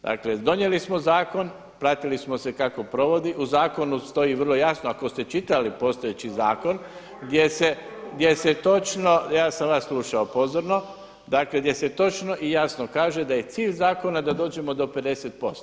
Dakle donijeli smo zakon, platili smo kako provodi, u zakonu stoji vrlo jasno, ako ste čitali postojeći zakon gdje se točno …… [[Upadica se ne čuje]] Ja sam vas slušao pozorno, dakle gdje se točno i jasno kaže da je cilj zakona da dođemo do 50%